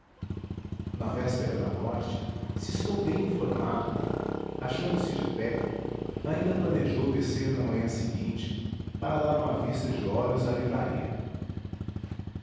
na véspera da morte se estou bem informado achando-se de pé ainda planejou descer na manhã seguinte para dar uma vista de olhos à livraria